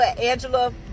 angela